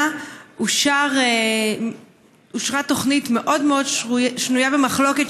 אושרה תוכנית מאוד מאוד שנויה במחלוקת,